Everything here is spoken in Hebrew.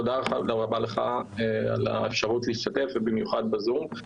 תודה רבה לך על האפשרות להשתתף ובמיוחד ב-זום.